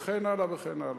וכן הלאה וכן הלאה.